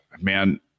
man